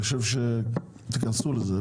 תיכנסו לזה.